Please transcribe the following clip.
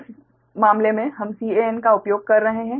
इस मामले में हम Can का उपयोग कर रहे हैं